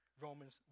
Romans